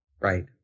Right